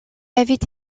avait